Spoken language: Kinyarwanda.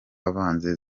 avanze